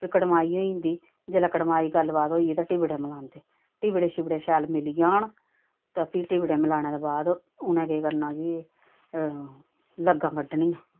फ्ही कड़माई होई जंदी जेल्लै कड़माई गल्ल बात होई ते टिबड़े मलांदे टिबड़े शिबड़े शैल मिली जान ता फ्ही टिबड़े मलाने दे बाद उ'नें केह् करना कि लग्गां कड्डनियां